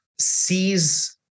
Sees